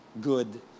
good